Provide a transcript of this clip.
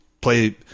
play